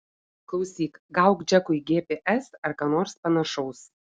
klausyk gauk džekui gps ar ką nors panašaus